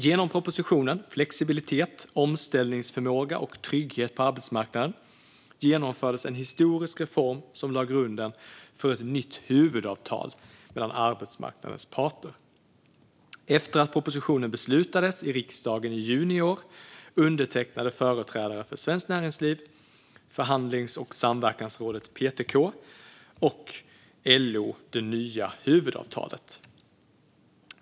Genom propositionen Flexibilitet, omställningsförmåga och trygghet på arbetsmarknaden genomfördes en historisk reform som lade grunden för ett nytt huvudavtal mellan arbetsmarknadens parter. Efter att propositionen beslutades i riksdagen i juni i år undertecknade företrädare för Svenskt Näringsliv, Förhandlings och samverkansrådet PTK och LO det nya huvudavtalet.